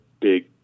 big